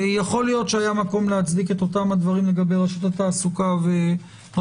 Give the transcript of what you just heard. יכול להיות שהיה מקום להצדיק אותם דברים לגבי רשות התעסוקה ורשות